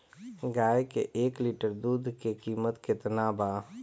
गाय के एक लिटर दूध के कीमत केतना बा?